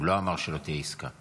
הוא לא אמר שלא תהיה עסקה.